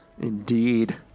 Indeed